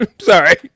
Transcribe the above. Sorry